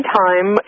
time